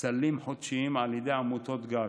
סלים חודשיים על ידי עמותות גג,